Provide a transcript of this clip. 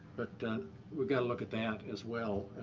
but we've got to look at that as well.